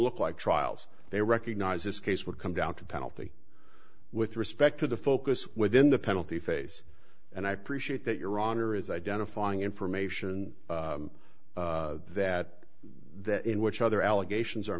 look like trials they recognize this case would come down to penalty with respect to the focus within the penalty phase and i appreciate that your honor is identifying information that that in which other allegations are